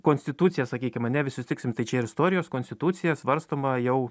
konstitucija sakykim ane visi sutiksim tai čia ir istorijos konstitucija svarstoma jau